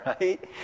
right